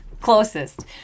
closest